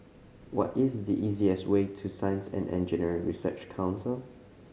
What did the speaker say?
what is the easiest way to Science and Engineering Research Council